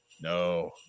No